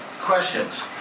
Questions